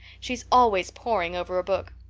she's always poring over a book.